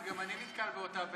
מכובדי היושב-ראש, רבותיי